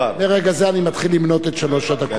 מרגע זה אני מתחיל למנות את שלוש הדקות.